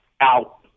Out